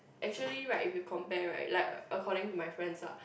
actually right if you compare right like according to my friends ah